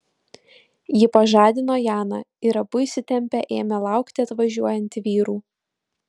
ji pažadino janą ir abu įsitempę ėmė laukti atvažiuojant vyrų